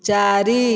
ଚାରି